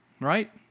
right